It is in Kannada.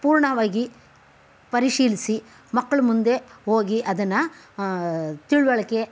ಪೂರ್ಣವಾಗಿ ಪರಿಶೀಲಿಸಿ ಮಕ್ಕಳ ಮುಂದೆ ಹೋಗಿ ಅದನ್ನು ತಿಳುವಳಿಕೆ